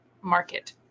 market